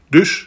Dus